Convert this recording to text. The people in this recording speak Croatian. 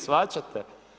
Shvaćate?